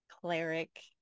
cleric